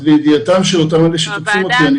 הוועדה הזו נטולת